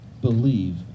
Believe